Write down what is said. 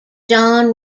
john